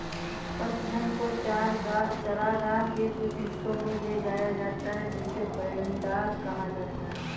पशुधन को चरागाह के कुछ हिस्सों में ले जाया जाता है जिसे पैडॉक कहा जाता है